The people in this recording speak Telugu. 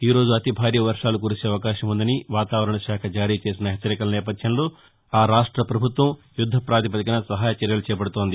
ఈ రోజు అతి భారీ వర్వాలు కురిసే అవకాశం ఉందని వాతావరణ శాఖ జారీ చేసిన హెచ్చరికల నేపథ్యంలో ఆ రాష్ట ప్రభుత్వం యుద్గ ప్రాతిపదికన సహాయ చర్యలు చేపడుతోంది